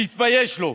שיתבייש לו.